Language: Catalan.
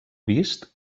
vist